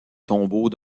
tombeau